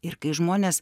ir kai žmonės